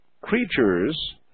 creatures